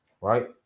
right